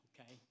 okay